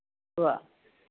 ഉവ്വ്